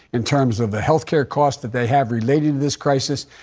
in terms of the health care costs that they have relating to this crisis.